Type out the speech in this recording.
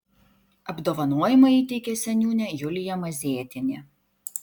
apdovanojimą įteikė seniūnė julija mazėtienė